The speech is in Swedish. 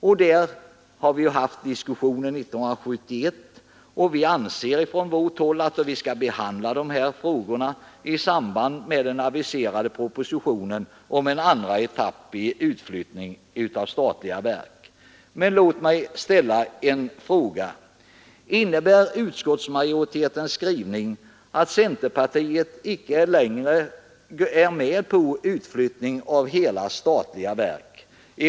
Diskussioner har förts år 1971, och vi anser från vårt håll att dessa frågor bör prövas i samband med behandlingen av den aviserade propositionen om ytterligare omlokalisering av statliga verk. Låt mig emellertid ställa en fråga: Innebär utskottsmajoritetens skrivning att centerpartiet inte längre är med på utflyttning av hela statliga verk?